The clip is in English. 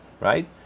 right